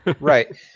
Right